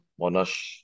Monash